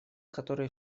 которые